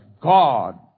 God